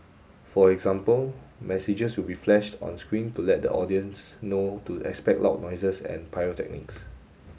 for example messages will be flashed on screen to let the audiences know to expect loud noises and pyrotechnics